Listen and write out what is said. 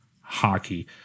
hockey